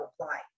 apply